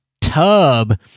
Tub